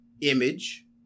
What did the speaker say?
image